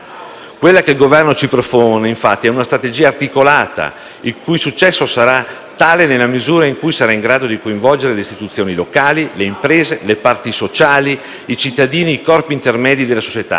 Quella che il Governo ci propone, infatti, è una strategia articolata, il cui successo sarà tale nella misura in cui sarà in grado di coinvolgere le istituzioni locali, le imprese, le parti sociali, i cittadini e i corpi intermedi della società;